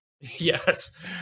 Yes